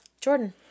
Jordan